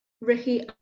Ricky